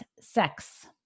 sex